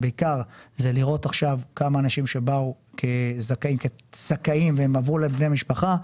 בעיקר זה לראות עכשיו כמה אנשים שבאו כזכאים והם עברו לבני משפחה,